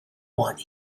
want